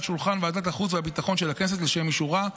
שולחן ועדת החוץ והביטחון של הכנסת לשם אישורה,